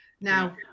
now